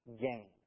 gain